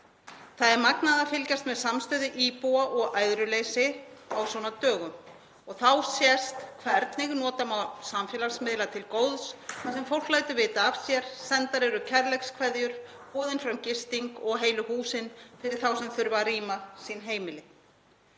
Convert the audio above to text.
Það er magnað að fylgjast með samstöðu íbúa og æðruleysi á svona dögum. Þá sést hvernig nota má samfélagsmiðla til góðs þar sem fólk lætur vita af sér, sendar eru kærleikskveðjur, boðin fram gisting og heilu húsin fyrir þá sem þurfa að rýma heimili